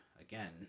again